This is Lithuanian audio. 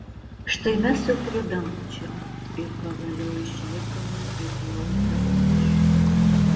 štai mes jau prie dangčio ir pagaliau išlipome į blausią aušrą